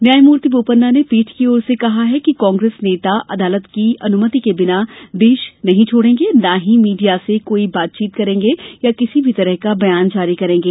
न्यायमूर्ति बोपन्ना ने पीठ की ओर से कहा कि कांग्रेस नेता अदालत की अनुमति के बिना देश नहीं छोड़ेंगे और न ही मीडिया से कोई बात करेंगे या किसी भी तरह का बयान जारी करेंगे